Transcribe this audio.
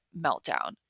meltdown